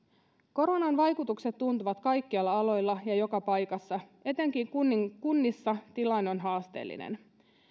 koronan vaikutukset tuntuvat kaikilla aloilla ja joka paikassa etenkin kunnissa tilanne on haasteellinen